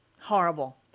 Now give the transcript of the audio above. horrible